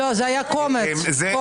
לא, זה היה קומץ שבחר.